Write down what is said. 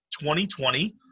2020